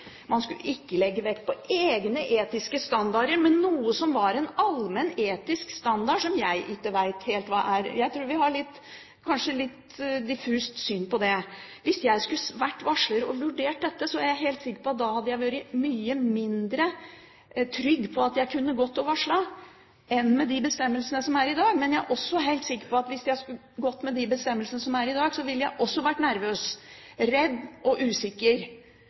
man skal ikke legge vekt på egne etiske standarder, men noe som er en allmenn etisk standard, som jeg ikke vet helt hva er. Jeg tror kanskje vi har et litt diffust syn på det. Hvis jeg skulle vært varsler og vurdert dette, er jeg helt sikker på at jeg hadde vært mye mindre trygg på at jeg kunne gått og varslet enn med de bestemmelsene som er i dag. Jeg er også helt sikker på at hvis jeg skulle gått med de bestemmelsene som er i dag, ville jeg også vært nervøs, redd og usikker.